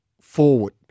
forward